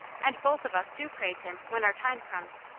and both of us do praise him when our time comes,